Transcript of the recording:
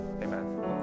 amen